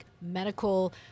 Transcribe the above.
medical